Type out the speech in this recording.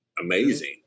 amazing